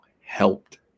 helped